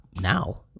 now